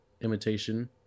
imitation